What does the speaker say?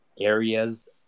areas